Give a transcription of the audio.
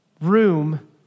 room